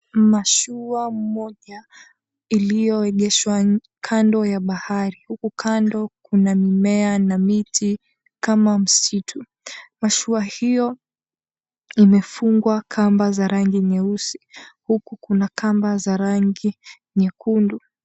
Mashua moja iliyoegeshwa kando ya bahari huku kando kuna mimea na miti kama msitu, mashua hiyo imefungwa kamba za rangi nyeusi huku kuna kamba za rangi nyekundu.